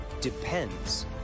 depends